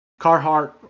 Carhartt